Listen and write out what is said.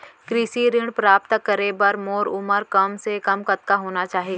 कृषि ऋण प्राप्त करे बर मोर उमर कम से कम कतका होना चाहि?